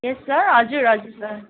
यस sir हजुर हजुर sir